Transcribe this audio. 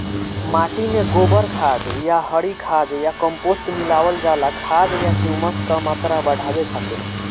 माटी में गोबर खाद या हरी खाद या कम्पोस्ट मिलावल जाला खाद या ह्यूमस क मात्रा बढ़ावे खातिर?